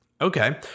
okay